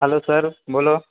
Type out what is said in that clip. hello sir બોલો